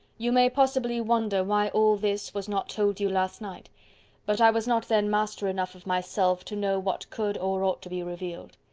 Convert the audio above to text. you may possibly wonder why all this was not told you last night but i was not then master enough of myself to know what could or ought to be revealed.